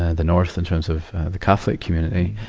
ah the north, in terms of the catholic community,